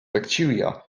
bacteria